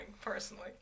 personally